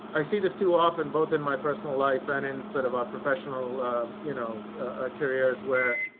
i see this too often, both in my personal life and in sort of our professional you know carriers, where